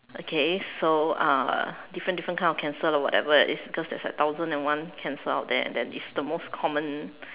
okay so uh different different kind of cancer lah whatever there is cause there is like a thousand and one cancer out there and that is the most common